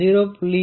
0